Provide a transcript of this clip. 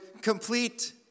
complete